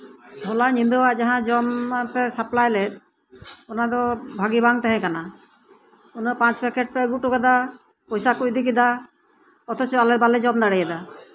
ᱦᱚᱞᱟ ᱧᱤᱫᱟᱹᱣᱟᱜ ᱡᱟᱦᱟᱸ ᱡᱚᱢ ᱯᱮ ᱥᱟᱯᱞᱟᱭᱞᱮᱫ ᱚᱱᱟ ᱫᱚ ᱵᱷᱟ ᱜᱤ ᱵᱟᱝ ᱛᱟᱦᱮᱸ ᱠᱟᱱᱟ ᱯᱟᱸᱪ ᱯᱮᱠᱮᱴ ᱠᱚ ᱟᱜᱩ ᱦᱩᱭᱩ ᱠᱟᱫᱟ ᱯᱚᱭᱥᱟ ᱦᱚᱸ ᱠᱚ ᱤᱫᱤ ᱦᱚᱴᱚ ᱠᱟᱱᱟ ᱚᱛᱷᱚᱪᱚ ᱟᱞᱮ ᱵᱟᱞᱮ ᱡᱚᱢ ᱫᱟᱲᱮᱭᱟᱫᱟ